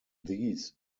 these